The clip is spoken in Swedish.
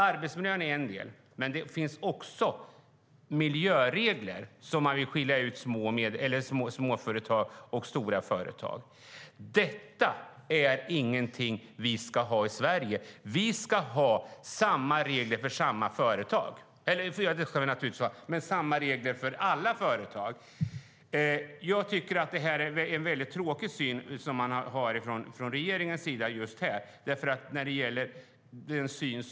Arbetsmiljön är en del, men det finns också miljöregler där man vill skilja ut småföretag och stora företag. Detta är ingenting vi ska ha i Sverige. Vi ska ha samma regler för alla företag. Jag tycker att regeringens syn här är väldigt tråkig.